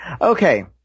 Okay